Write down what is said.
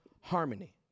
harmony